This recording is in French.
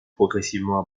progressivement